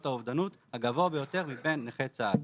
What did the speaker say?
האובדנות הגבוה ביותר מבין נכי צה"ל.